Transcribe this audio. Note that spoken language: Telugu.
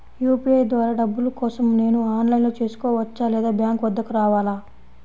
యూ.పీ.ఐ ద్వారా డబ్బులు కోసం నేను ఆన్లైన్లో చేసుకోవచ్చా? లేదా బ్యాంక్ వద్దకు రావాలా?